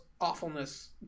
awfulness